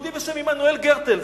יהודי בשם עמנואל גרטל,